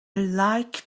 like